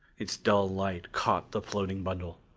its dull light caught the floating bundle,